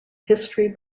history